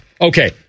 okay